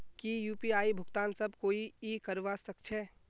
की यु.पी.आई भुगतान सब कोई ई करवा सकछै?